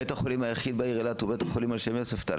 בית החולים היחיד בעיר אילת הוא בית החולים על שם יוספטל,